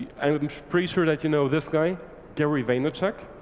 and and pretty sure that you know this guy gary vaynerchuk.